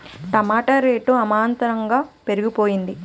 టమాట rate అమాంతంగా పెరిగిపోయింది